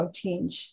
change